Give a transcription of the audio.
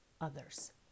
others